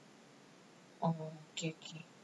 oh okay okay